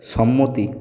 সম্মতি